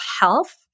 health